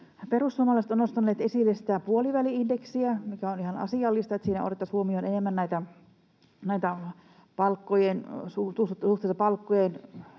Perussuomalaiset ovat nostaneet esille puoliväli-indeksiä, mikä on ihan asiallista. Siinä otettaisiin enemmän huomioon suhde palkkojen